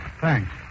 Thanks